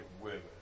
women